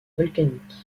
volcanique